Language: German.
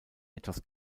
etwas